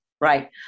right